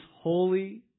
holy